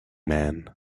man